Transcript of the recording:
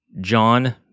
John